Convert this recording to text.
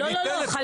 לא, לא, חלילה.